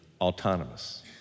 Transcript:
autonomous